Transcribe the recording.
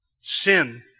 Sin